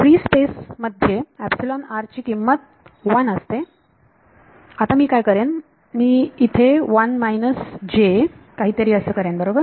free space मध्ये epsilon R ची किंमत 1 असते आता मी काय करेन मी मी इथे 1 मायनस जे काहीतरी असे करेन बरोबर